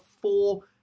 four